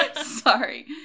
sorry